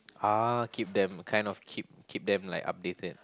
ah keep them kind of keep keep them like updated